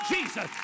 Jesus